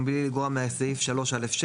ומבלי לגרוע מסעיף 3(א)(6),